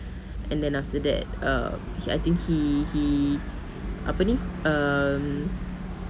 and then after that um I think he he apa ni um